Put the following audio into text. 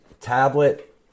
tablet